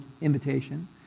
invitation